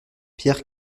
pierre